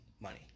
money